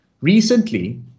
Recently